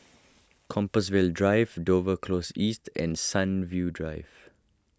Compassvale Drive Dover Close East and Sunview Drive